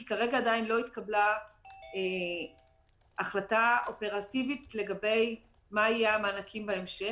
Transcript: כי כרגע עדיין לא התקבלה החלטה אופרטיבית לגבי מה יהיו המענקים בהמשך.